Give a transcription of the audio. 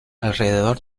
alrededor